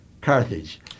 carthage